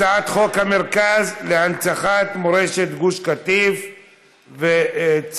הצעת חוק המרכז להנצחת מורשת גוש קטיף וצפון